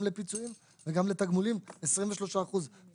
גם לפיצויים וגם לתגמולים 23 אחוזים.